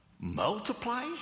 multiply